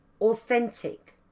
authentic